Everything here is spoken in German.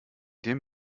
dem